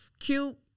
cute